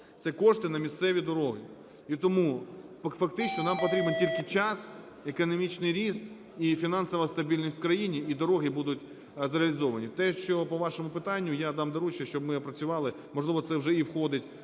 Це кошти на місцеві дороги. І тому фактично нам потрібен тільки час, економічний ріст і фінансова стабільність в країні, і дороги будуть зреалізовані. Те, що по вашому питанню, я дам доручення, щоб ми опрацювали. Можливо, це вже і входить